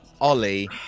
Ollie